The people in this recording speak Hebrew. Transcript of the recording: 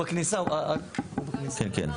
בבתי חולים